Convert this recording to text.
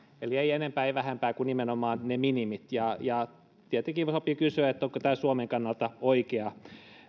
eli ei enempää ei vähempää kuin nimenomaan ne minimit ja ja tietenkin sopii kysyä onko tämä suomen kannalta oikea